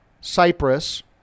Cyprus